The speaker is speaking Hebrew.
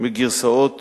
בגרסאות